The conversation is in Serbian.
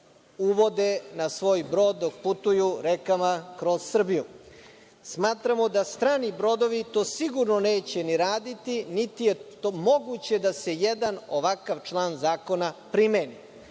uvode na svoj brod dok putuju rekama kroz Srbiju. Smatramo da strani brodovi to sigurno neće ni raditi, niti je moguće da se jedan ovakav član zakona primeni.